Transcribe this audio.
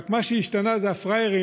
מה שהשתנה הוא רק הפראיירים,